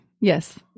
yes